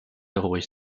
ruhig